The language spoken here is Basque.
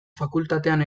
fakultatean